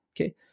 Okay